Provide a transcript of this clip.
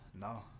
No